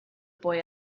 boy